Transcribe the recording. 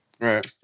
Right